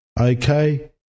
Okay